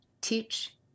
teach